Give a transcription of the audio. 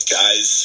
guys